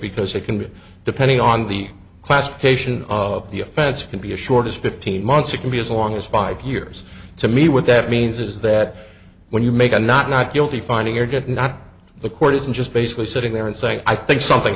because it can be depending on the classification of the offense can be assured is fifteen months or can be as long as five years to me what that means is that when you make a not not guilty finding your good not the court isn't just basically sitting there and saying i think something